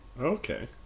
Okay